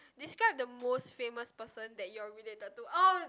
describe the most famous person that you are related to oh